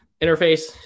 interface